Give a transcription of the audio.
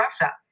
Russia